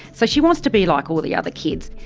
so she wants to be like all the other kids.